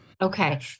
Okay